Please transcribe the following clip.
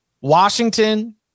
Washington